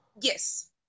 yes